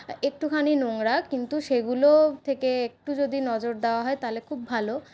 একটুখানি নোংরা কিন্তু সেগুলো থেকে একটু যদি নজর দেওয়া হয় তাহলে খুব ভালো